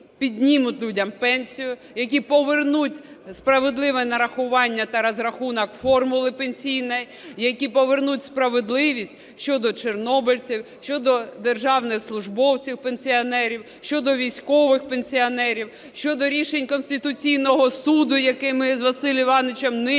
піднімуть людям пенсію, які повернуть справедливе нарахування та розрахунок формули пенсійної, які повернуть справедливість щодо чорнобильців, щодо державних службовців-пенсіонерів, щодо військових пенсіонерів, щодо рішень Конституційного Суду, які ми з Василем Івановичем Німченком